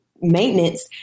maintenance